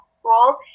school